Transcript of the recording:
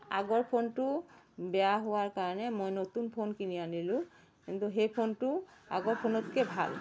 আগৰ ফোনটো বেয়া হোৱাৰ কাৰণে মই নতুন ফোন কিনি আনিলোঁ কিন্তু সেই ফোনটো আগৰ ফোনতকৈ ভাল